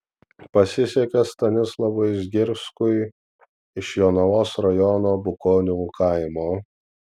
pasisekė stanislovui zgirskui iš jonavos rajono bukonių kaimo